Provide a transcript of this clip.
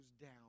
down